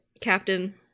Captain